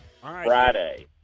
Friday